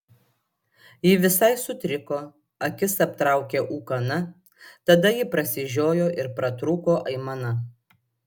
ji visai sutriko akis aptraukė ūkana tada ji prasižiojo ir pratrūko aimana